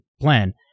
plan